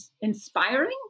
inspiring